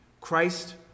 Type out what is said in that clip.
Christ